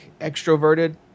extroverted